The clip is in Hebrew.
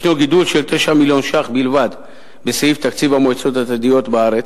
ישנו גידול של 9 מיליון שקל בלבד בסעיף תקציב המועצות הדתיות בארץ,